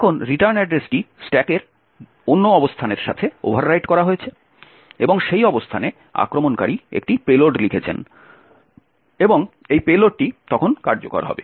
এখন রিটার্ন অ্যাড্রেসটি স্ট্যাকের অন্য অবস্থানের সাথে ওভাররাইট করা হয়েছে এবং সেই অবস্থানে আক্রমণকারী একটি পেলোড লিখেছেন এবং এই পেলোডটি তখন কার্যকর হবে